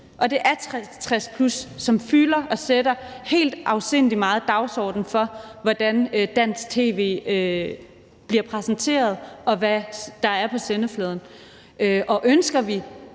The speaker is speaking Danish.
Det er 60+, som fylder og helt afsindig meget sætter dagsordenen for, hvordan dansk tv bliver præsenteret, og hvad der er på sendefladen. Og ønsker vi